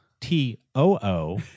T-O-O